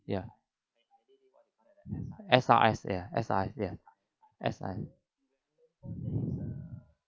ya S_R_S ya S_R_S ya S_R_S